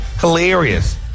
hilarious